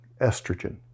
estrogen